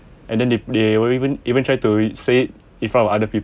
and then they they were even even try to said in front of other people